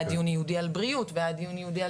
היה דיון ייעודי על בריאות והיה דיון ייעודי על